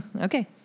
Okay